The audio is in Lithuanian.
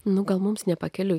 nu gal mums ne pakeliui